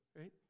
right